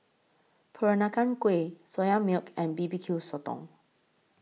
Peranakan Kueh Soya Milk and B B Q Sotong